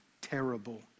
terrible